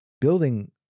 building